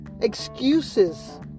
excuses